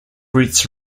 roots